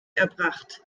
erbracht